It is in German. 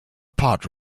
part